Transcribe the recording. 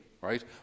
right